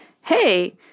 hey